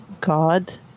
god